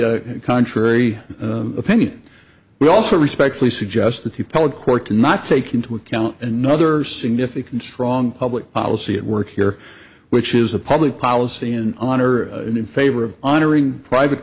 a contrary opinion we also respectfully suggest that the public court cannot take into account another significant strong public policy at work here which is a public policy in honor and in favor of honoring private